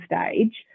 stage